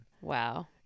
Wow